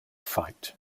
fight